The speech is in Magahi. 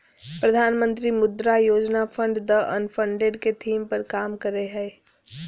प्रधानमंत्री मुद्रा योजना फंड द अनफंडेड के थीम पर काम करय हइ